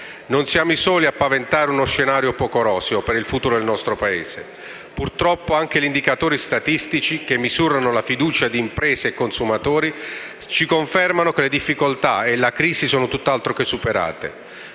Non siamo i soli a paventare uno scenario poco roseo per il futuro del Paese. Purtroppo anche gli indicatori statistici, che misurano la fiducia di imprese e consumatori ci confermano che le difficoltà e la crisi sono tutt'altro che superate.